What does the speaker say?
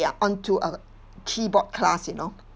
onto a keyboard class you know